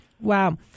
Wow